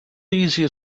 easier